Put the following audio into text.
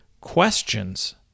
questions